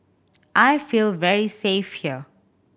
I feel very safe here